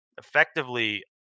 effectively